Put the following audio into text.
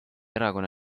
erakonna